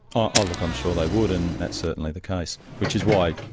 ah look, i'm sure they would, and that's certainly the case, which is why